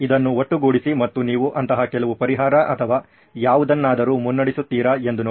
ಇದನ್ನು ಒಟ್ಟುಗೂಡಿಸಿ ಮತ್ತು ನೀವು ಅಂತಹ ಕೆಲವು ಪರಿಹಾರ ಅಥವಾ ಯಾವುದನ್ನಾದರೂ ಮುನ್ನಡೆಸುತ್ತೀರಾ ಎಂದು ನೋಡಿ